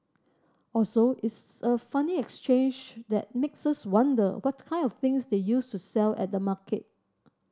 also it's a funny exchange that makes us wonder what kind of things they used to sell at the market